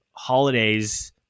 holidays